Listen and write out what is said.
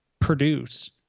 produce